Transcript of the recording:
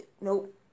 Nope